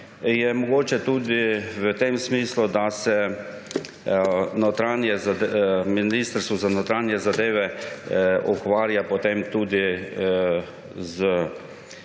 izvajajo. Je tudi v tem smislu, da se Ministrstvo za notranje zadeve ukvarja potem tudi z